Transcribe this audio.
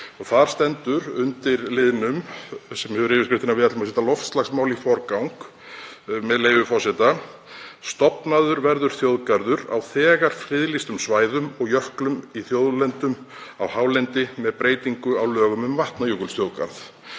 þar stendur, undir lið sem hefur yfirskriftina Við ætlum að setja loftslagsmálin í forgang, með leyfi forseta: „Stofnaður verður þjóðgarður á þegar friðlýstum svæðum og jöklum í þjóðlendum á hálendinu með breytingu á lögum um Vatnajökulsþjóðgarð.“